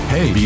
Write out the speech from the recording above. Hey